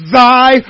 thy